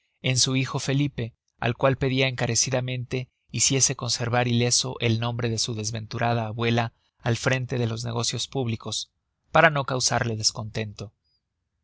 en su hijo felipe al cual pedia encarecidamente hiciese conservar ileso el nombre de su desventurada abuela al frente de los negocios públicos para no causarla descontento